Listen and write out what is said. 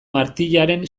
martijaren